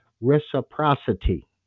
reciprocity